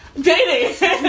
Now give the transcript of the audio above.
Dating